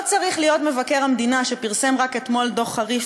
לא צריך להיות מבקר המדינה שפרסם רק אתמול דוח חריף